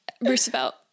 Roosevelt